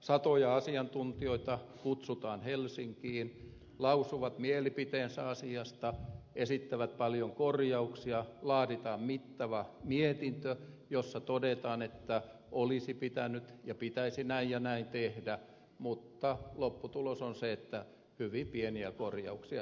satoja asiantuntijoita kutsutaan helsinkiin lausuvat mielipiteensä asiasta esittävät paljon korjauksia laaditaan mittava mietintö jossa todetaan että olisi pitänyt ja pitäisi näin ja näin tehdä mutta lopputulos on se että hyvin pieniä korjauksia tehdään